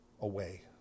away